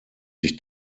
sich